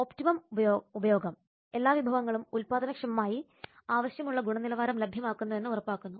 optimal ഉപയോഗം എല്ലാ വിഭവങ്ങളും ഉൽപാദനക്ഷമമായി ആവശ്യമുള്ള ഗുണനിലവാരം ലഭ്യമാക്കുന്നുവെന്ന് ഉറപ്പാക്കുന്നു